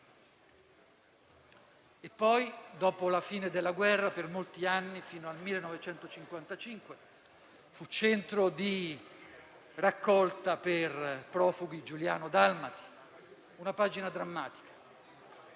Dopo la fine della guerra, per molti anni (fino al 1955) fu centro di raccolta per profughi giuliano-dalmati. Pagine drammatiche,